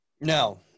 No